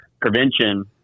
prevention